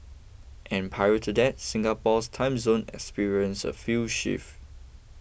and prior to that Singapore's time zone experience a few shift